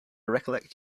recollect